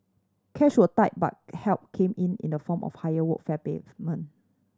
cash was tight but help came in in the form of a higher workfare payment